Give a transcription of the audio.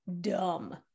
dumb